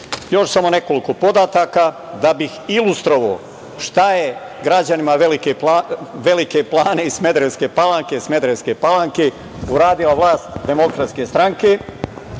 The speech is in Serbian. samo nekoliko podataka da bih ilustrovao šta je građanima Velike Plane i Smederevske Palanke uradila vlast DS. Pre